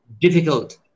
difficult